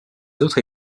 autres